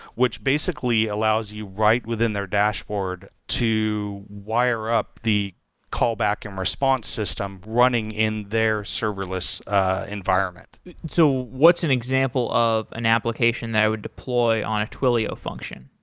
which basically allows you right within their dashboard to wire up the call back and response system running in their server list environment so what's an example of an application that i would deploy on a twilio function?